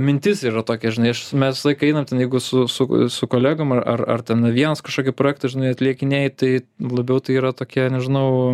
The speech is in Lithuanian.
mintis yra tokia žinai mes einam ten jeigu su su su kolegom ar ar ten vienas kažkokį projektą žinai atlikinėji tai labiau tai yra tokie nežinau